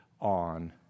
on